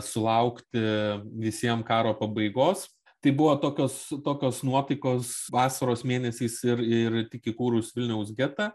sulaukti visiem karo pabaigos tai buvo tokios tokios nuotaikos vasaros mėnesiais ir ir tik įkūrus vilniaus getą